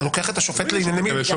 אתה מקבל שופט עם סמכויות.